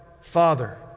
Father